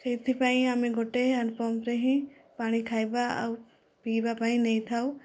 ସେଇଥିପାଇଁ ଆମେ ଗୋଟିଏ ହ୍ୟାଣ୍ଡ୍ପମ୍ପ୍ରେ ହିଁ ପାଣି ଖାଇବା ଆଉ ପିଇବା ପାଇଁ ନେଇଥାଉ